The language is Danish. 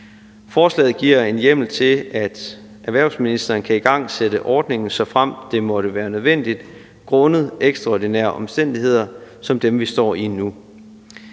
Forslaget giver en hjemmel til, at erhvervsministeren kan igangsætte ordningen, såfremt det måtte være nødvendigt grundet ekstraordinære omstændigheder som dem, vi står i nu.